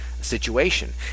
situation